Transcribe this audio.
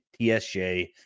TSJ